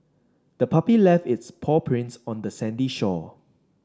the puppy left its paw prints on the sandy shore